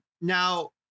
Now